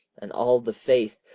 and all the faith,